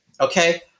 okay